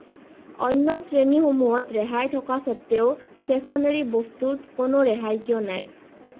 অন্য শ্ৰেণীসমূহত ৰেহাই থকা স্বত্তেও ষ্টেশ্যনেৰি বস্তুত কোনো ৰেহাই কিয় নাই